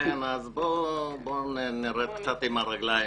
אז בואו נרד לקרקע.